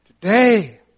Today